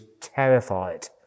terrified